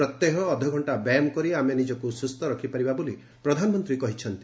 ପ୍ରତ୍ୟହ ଅଧଘକ୍ଷା ବ୍ୟାୟାମ କରି ଆମେ ନିଜକୁ ସୁସ୍ଥ ରଖିପାରିବା ବୋଲି ପ୍ରଧାନମନ୍ତ୍ରୀ କହିଛନ୍ତି